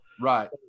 Right